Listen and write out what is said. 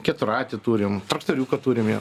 keturratį turim traktoriuką turim jau